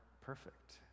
perfect